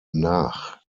nach